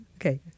Okay